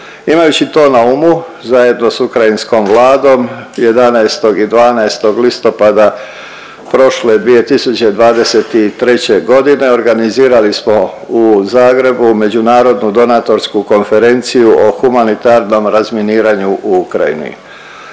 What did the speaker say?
Imajući to na umu zajedno s ukrajinskom Vladom 11. i 12. listopada prošle 2023.g. organizirali smo u Zagrebu Međunarodnu donatorsku konferenciju o humanitarnom razminiranju u Ukrajini.